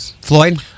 Floyd